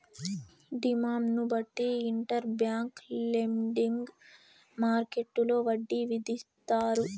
డిమాండ్ను బట్టి interbank lending మార్కెట్టులో వడ్డీ విధిస్తారు